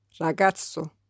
Ragazzo